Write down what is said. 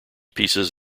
pieces